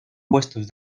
puestos